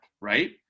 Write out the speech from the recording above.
right